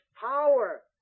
power